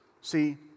See